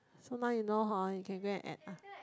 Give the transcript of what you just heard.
so now you know hor you can go and add ah